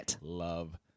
love